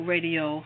Radio